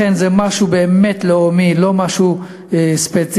לכן, זה משהו באמת לאומי, לא משהו ספציפי.